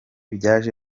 byaje